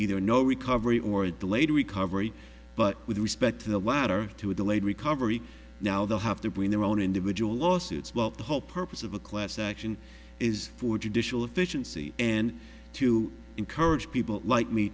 either no recovery or a delayed recovery but with respect to the latter to a delayed recovery now they'll have to bring their own individual lawsuits well the whole purpose of a class action is for judicial efficiency and to encourage people like me